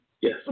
Yes